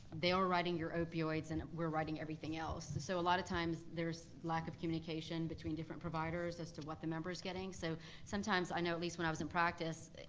they are writing your opioids and we're writing everything else. so a lot of times there's lack of communication between different providers as to what the member's getting. so sometimes i know, at least when i was in practice,